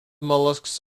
mollusks